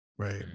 Right